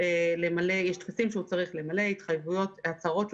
יש טפסים שהוא צריך למלא, התחייבויות, הצהרות.